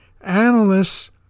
analysts